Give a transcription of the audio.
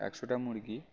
একশোটা মুরগি